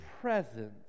presence